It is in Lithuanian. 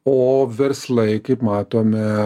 o verslai kaip matome